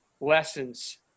lessons